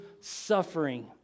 suffering